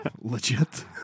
legit